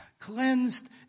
cleansed